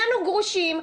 שנינו גרושים,